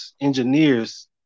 engineers